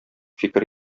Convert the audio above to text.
фикер